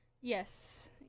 Yes